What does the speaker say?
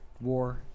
war